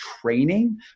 training